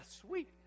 sweet